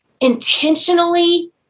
intentionally